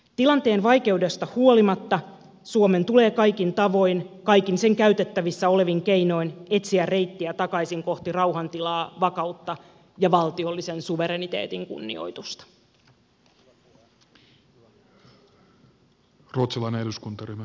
tilanteen vaikeudesta huolimatta suomen tulee kaikin tavoin kaikin sen käytössä olevin keinoin etsiä reittiä takaisin kohti rauhantilaa vakautta ja valtiollisen suvereniteetin kunnioitusta